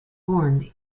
born